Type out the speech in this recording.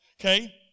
Okay